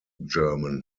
german